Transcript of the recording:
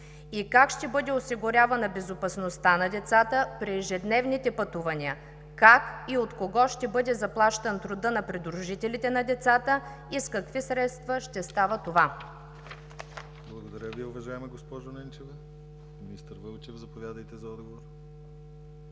Как ще бъде осигурявана безопасността на децата при ежедневните пътувания? Как и от кого ще бъде заплащан трудът на придружителите на децата и с какви средства ще става това? ПРЕДСЕДАТЕЛ ДИМИТЪР ГЛАВЧЕВ: Благодаря Ви, уважаема госпожо Ненчева. Министър Вълчев, заповядайте за отговор.